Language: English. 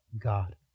God